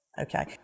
Okay